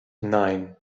nein